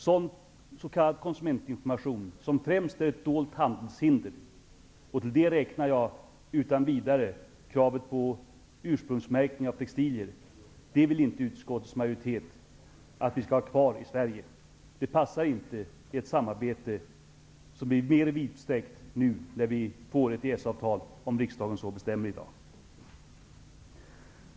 Sådan s.k. konsumentinformation som främst är ett dolt handelshinder -- och dit räknar jag utan vidare kravet på ursprungsmärkning av textilier -- vill inte utskottets majoritet att vi skall ha kvar i Sverige. Det passar inte i ett samarbete som blir mer vidsträckt nu när vi får ett EES-avtal, om riksdagen så bestämmer i dag.